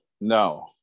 No